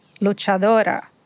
luchadora